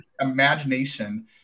imagination